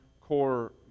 core